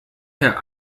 herr